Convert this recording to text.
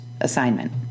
assignment